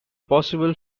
possible